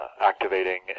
activating